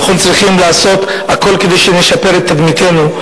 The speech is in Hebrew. נכון, צריכים לעשות הכול כדי שנשפר את תדמיתנו.